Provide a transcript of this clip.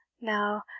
Now